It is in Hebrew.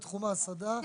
בתחום ההסעדה --- כן,